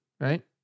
right